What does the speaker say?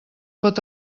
pot